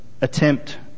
attempt